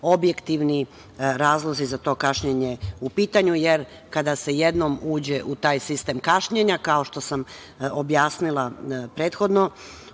objektivni razlozi za to kašnjenje u pitanju, jer kada se jednom uđe u taj sistem kašnjenja, kao što sam objasnila prethodno,